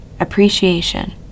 Appreciation